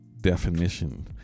definition